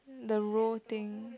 the roe thing